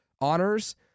honors